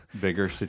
bigger